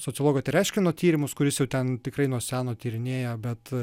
sociologo tereškino tyrimus kuris jau ten tikrai nuo seno tyrinėja bet